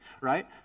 Right